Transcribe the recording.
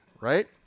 right